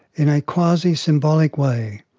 in a quasi-symbolic way,